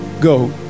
go